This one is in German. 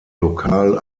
lokal